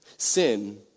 Sin